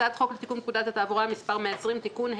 הצעת חוק לתיקון פקודת התעבורה (מס' 120) (תיקון),